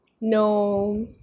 No